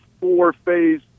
four-phase